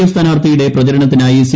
F സ്ഥാനാർത്ഥിയുടെ പ്രചരണത്തിനായി C